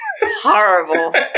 horrible